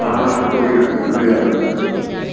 हां कोई गल्ल नि कोई गल्ल निं